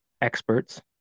Experts